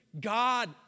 God